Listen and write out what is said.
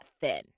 thin